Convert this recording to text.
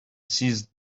seized